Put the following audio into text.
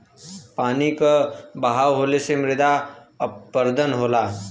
पानी क बहाव होले से मृदा अपरदन होला